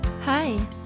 Hi